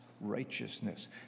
righteousness